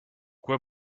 quoi